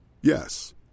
Yes